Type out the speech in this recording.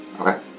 Okay